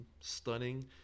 stunning